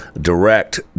direct